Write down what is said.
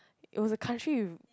it was a country with